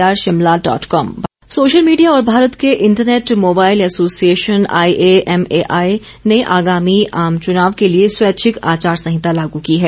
social media social media और भारत के internet mobile association IAMAI ने आगामी आम चुनाव के लिए स्वैच्छिक आचार संहिता लागू की है